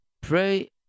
Pray